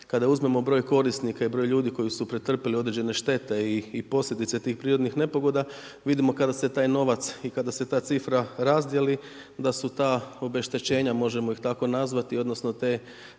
kada uzmemo broj korisnika i broj ljudi koji su pretrpili određene štete i posljedice tih prirodnih nepogoda vidimo kada se taj novac i kada se ta cifra razdijeli da su ta obeštećenja, možemo ih tako nazvati, odnosno te